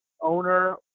owner